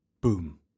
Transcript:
Boom